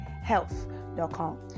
health.com